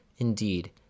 Indeed